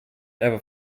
ever